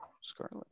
Scarlet